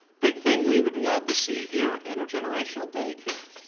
big thing we would love to see here, intergenerational day care.